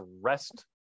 rest